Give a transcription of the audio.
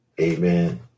Amen